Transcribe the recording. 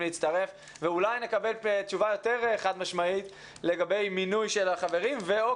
אולי נקבל תשובה יותר חד-משמעית לגבי מינוי של החברים או,